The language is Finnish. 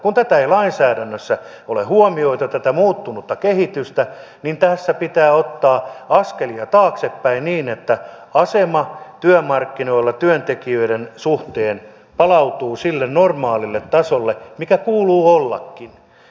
kun ei lainsäädännössä ole huomioitu tätä muuttunutta kehitystä niin tässä pitää ottaa askelia taaksepäin niin että asema työmarkkinoilla työntekijöiden suhteen palautuu sille normaalille tasolle mikä kuuluu ollakin